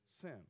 sin